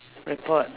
report